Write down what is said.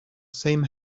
same